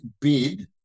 bid